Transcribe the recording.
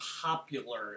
popular